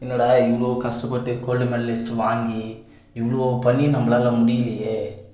என்னடா இவ்வளோ கஷ்டப்பட்டு கோல்டு மெடலிஸ்ட்டு வாங்கி இவ்வளோ பண்ணியும் நம்பளால் முடியலேயே